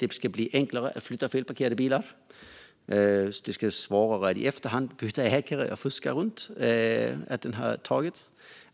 Det ska bli enklare att flytta felparkerade bilar. Det ska vara svårare att i efterhand byta ägare och fuska runt.